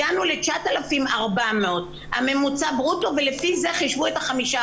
הגענו ל-9,400 הממוצע ברוטו ולפי זה חישבו את ה-5%,